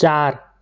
ચાર